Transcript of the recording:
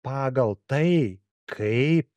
pagal tai kaip